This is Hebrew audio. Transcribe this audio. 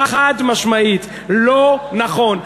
חד-משמעית לא נכון.